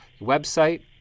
website